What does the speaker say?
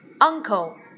uncle